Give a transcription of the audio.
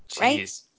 Right